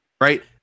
right